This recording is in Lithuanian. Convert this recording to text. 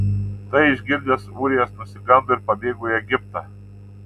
tai išgirdęs ūrijas nusigando ir pabėgo į egiptą